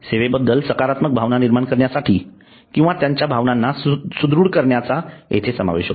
सेवेबद्दल सकारात्मक भावना निर्माण करण्यासाठी किंवा त्यांच्या भावनांना सुदृढ करण्या चा येथे समावेश असतो